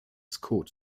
code